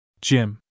Jim